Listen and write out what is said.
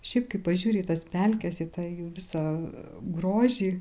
šiaip kai pažiūri į tas pelkes į tą jų visą grožį